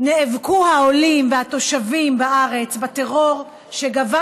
נאבקו העולים והתושבים בארץ בטרור שגבה